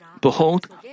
Behold